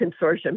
consortium